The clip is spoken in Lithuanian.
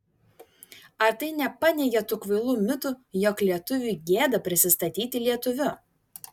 ar tai nepaneigia tų kvailų mitų jog lietuviui gėda prisistatyti lietuviu